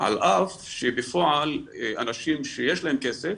על אף שבפועל אנשים שיש להם כסף,